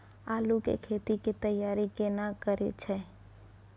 आलू के खेती के तैयारी केना करै छै?